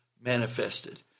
manifested